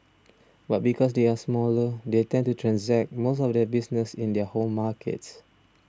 but because they are smaller they tend to transact most of their business in their home markets